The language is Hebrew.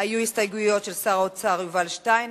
היו הסתייגויות של שר האוצר יובל שטייניץ,